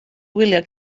wylio